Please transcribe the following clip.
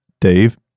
Dave